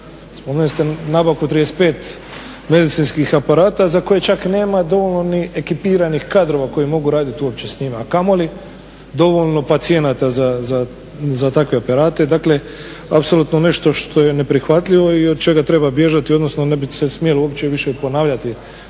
ste nabavku 35 medicinskih aparata za koje čak nema dovoljno ekipiranih kadrova koji mogu radit uopće s njima, a kamoli dovoljno pacijenata za takve aparate. Dakle, apsolutno nešto što je neprihvatljivo i od čega treba bježati, odnosno ne bi se smjelo uopće više ponavljati